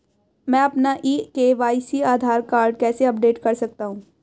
मैं अपना e KYC Aadhaar card कैसे अपडेट कर सकता हूँ?